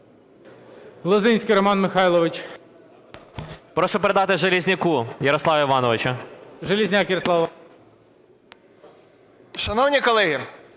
Шановні колеги,